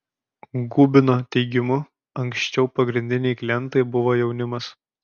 gubino teigimu anksčiau pagrindiniai klientai buvo jaunimas